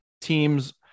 teams